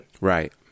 Right